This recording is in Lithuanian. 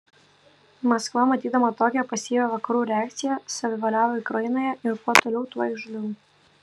maskva matydama tokią pasyvią vakarų reakciją savivaliauja ukrainoje ir kuo toliau tuo įžūliau